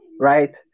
right